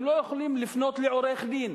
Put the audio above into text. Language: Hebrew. הם לא יכולים לפנות לעורך-דין.